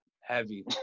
heavy